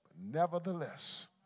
Nevertheless